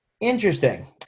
interesting